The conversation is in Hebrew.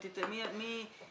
אני מתכבדת לפתוח את ישיבת הוועדה